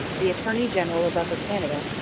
the attorney-general of upper canada,